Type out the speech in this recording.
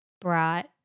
brought